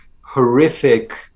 horrific